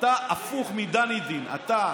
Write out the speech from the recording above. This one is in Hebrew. אתה הפוך מדנידין: אתה,